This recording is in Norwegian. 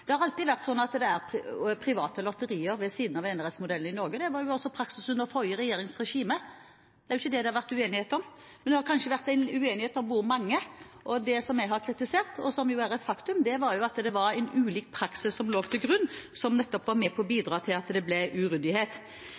Det har alltid vært sånn at det er private lotterier ved siden av enerettsmodellen i Norge. Det var også praksis under forrige regjerings regime, og det er ikke det det har vært uenighet om. Men det har kanskje vært en uenighet om hvor mange, og det som jeg har kritisert, og som er et faktum, er at det var en ulik praksis som lå til grunn, som nettopp var med på å bidra til at det ble uryddighet.